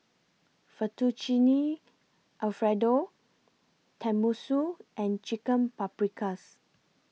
Fettuccine Alfredo Tenmusu and Chicken Paprikas